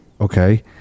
okay